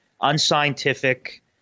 unscientific